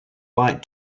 light